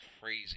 crazy